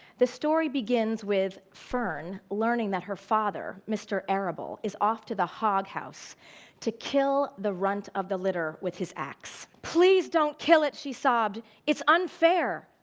the story begins with fern learning that her father, mr. arable, is off to the hoghouse to kill the runt of the litter with his axe. please don't kill it, she sobbed, it's unfair.